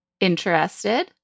Interested